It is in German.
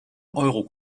euro